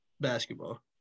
basketball